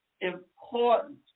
important